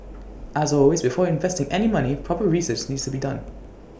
as always before investing any money proper research needs to be done